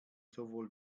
sowohl